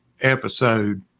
episode